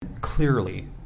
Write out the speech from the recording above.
Clearly